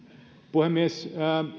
puhemies